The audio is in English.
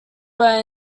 were